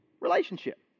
relationship